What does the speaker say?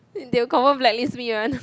and they'll confirm blacklist me [one]